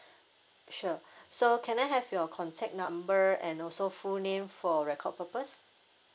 sure so can I have your contact number and also full name for record purpose